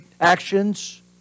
actions